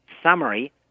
summary